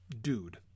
dude